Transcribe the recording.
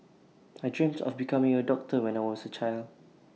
I dreamt of becoming A doctor when I was A child